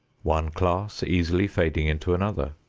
one class easily fading into another.